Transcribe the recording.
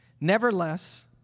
Nevertheless